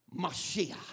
Mashiach